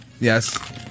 Yes